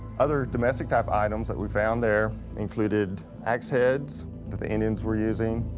other domestic type items that we found there included ax heads that the indians were using.